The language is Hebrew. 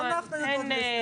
אנחנו יודעות להסתדר.